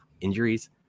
injuries